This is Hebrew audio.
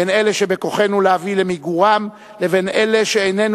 בין אלה שבכוחנו להביא למיגורם לבין אלה שאיננו